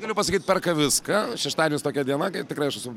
galiu pasakyt perka viską šeštadienis tokia diena kai tikrai aš esu